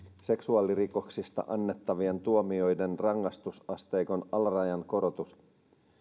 seksuaalirikoksista annettavien tuomioiden rangaistusasteikon alarajan korotus